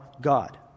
God